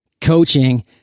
Coaching